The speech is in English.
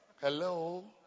hello